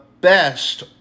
best